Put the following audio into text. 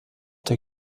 der